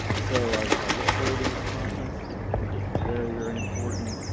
so i i looked forward to this conference, i think it's very, very important,